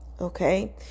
okay